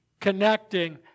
connecting